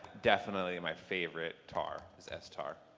definitely my favorite tar is ess-tar.